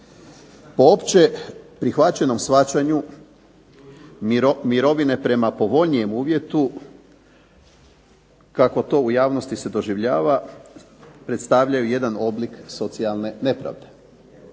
Po opće prihvaćenom shvaćanju mirovine prema povoljnijem uvjetu kako to u javnosti se doživljava predstavljaju jedan oblik socijalne nepravde.